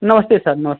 नमस्ते सर नमस्ते